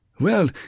Well